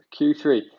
Q3